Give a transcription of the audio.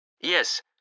Yes